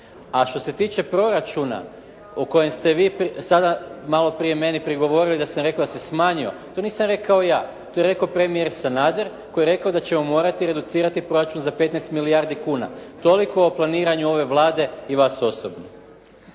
a što se tiče proračuna o kojem ste vi sada malo prije meni prigovorili da sam rekao da se smanjio. To nisam rekao ja. To je rekao premijer Sanader koji je rekao da ćemo morati reducirati proračun za 15 milijardi kuna. Toliko o planiranju ove Vlade i vas osobno.